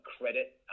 credit